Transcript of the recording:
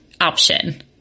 option